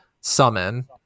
summon